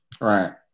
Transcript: Right